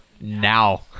now